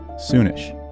soonish